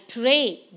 pray